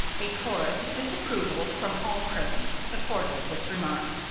a chorus of disapproval from all present supported this remark.